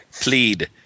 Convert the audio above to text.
Plead